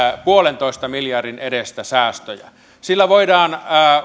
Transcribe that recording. pilkku viiden miljardin edestä säästöjä sillä voidaan